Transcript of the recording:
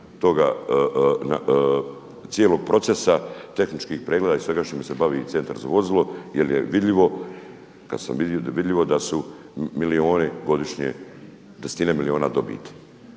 cijelog procesa tehničkih pregleda i svega s čime se bavi Centar za vozila jer je vidljivo da su milijuna godišnje, desetine milijuna dobiti.